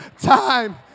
time